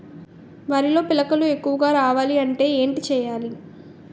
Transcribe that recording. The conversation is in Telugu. వరిలో పిలకలు ఎక్కువుగా రావాలి అంటే ఏంటి చేయాలి?